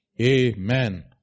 Amen